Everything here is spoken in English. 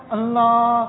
Allah